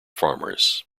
farmers